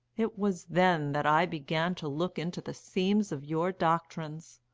it was then that i began to look into the seams of your doctrines.